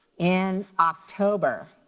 in october.